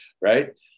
right